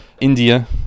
India